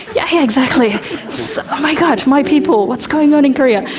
yeah exactly my god, my people, what's going on in korea?